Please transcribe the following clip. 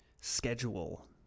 schedule